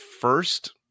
first